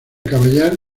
caballar